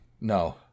no